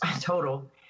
total